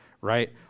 right